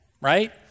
right